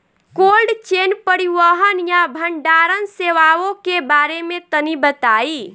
Cold chain परिवहन या भंडारण सेवाओं के बारे में तनी बताई?